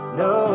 no